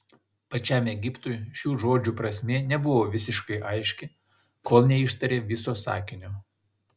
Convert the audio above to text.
pačiam egiptui šių žodžių prasmė nebuvo visiškai aiški kol neištarė viso sakinio